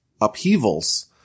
upheavals